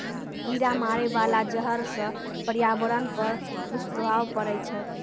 कीरा मारै बाला जहर सँ पर्यावरण पर दुष्प्रभाव पड़ै छै